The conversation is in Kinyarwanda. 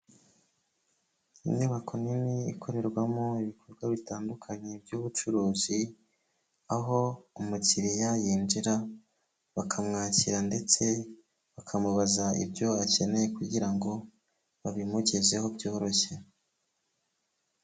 Inyubako nini ikorerwamo ibikorwa bitandukanye by'ubucuruzi, aho umukiriya yinjira bakamwakira ndetse bakamubaza ibyo akeneye kugira ngo babimugezeho byoroshye.